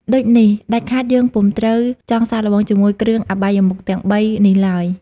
ដូចនេះ ដាច់ខាតយើងពុំត្រូវចង់សាកល្បងជាមួយគ្រឿអបាយមុខទាំងបីនេះឡើយ ។